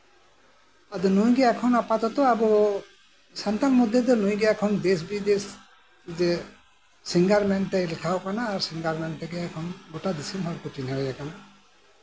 ᱟᱫᱚ ᱱᱩᱭᱜᱮ ᱟᱯᱟᱛᱚᱛᱚ ᱟᱵᱚ ᱥᱟᱱᱛᱟᱲ ᱢᱚᱫᱫᱷᱮ ᱱᱩᱭᱜᱮ ᱮᱠᱷᱚᱱ ᱫᱮᱥ ᱵᱤᱫᱮᱥ ᱥᱤᱝᱜᱟᱨ ᱢᱮᱱᱛᱮ ᱞᱮᱠᱷᱟᱣᱟᱠᱟᱱᱟ ᱟᱨ ᱥᱤᱝᱜᱟᱨ ᱢᱮᱱᱛᱮ ᱜᱳᱴᱟ ᱫᱤᱥᱚᱢ ᱦᱚᱲᱠᱚ ᱪᱤᱱᱦᱟᱹᱣ ᱮ ᱠᱟᱱᱟ